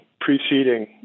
preceding